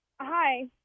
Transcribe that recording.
Hi